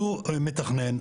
הוא מתכנן,